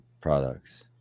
products